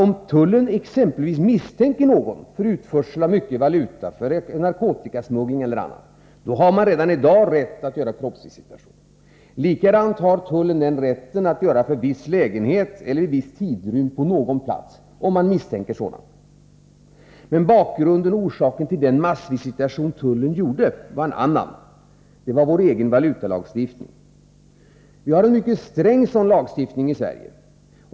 Om tullen exempelvis misstänker någon för utförsel av mycket valuta, narkotikasmuggling eller annat, har tullen redan i dag rätt att göra kroppsvisitation. Den rätten för tullen gäller också i viss lägenhet eller vid viss tidrymd på en plats, om sådan misstanke föreligger. Bakgrunden till den massvisitation som tullen gjorde var dock en annan. Det var vår egen valutalagstiftning. Vi har en mycket sträng sådan lagstiftning i Sverige.